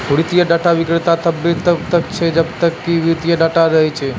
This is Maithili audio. वित्तीय डेटा विक्रेता तब्बे तक रहै छै जब्बे तक कि वित्तीय डेटा रहै छै